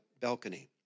balcony